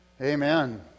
Amen